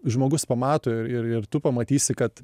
žmogus pamato ir ir ir tu pamatysi kad